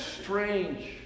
strange